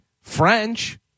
French